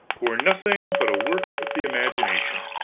who are nothing but a work of the imagination.